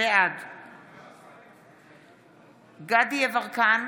בעד דסטה גדי יברקן,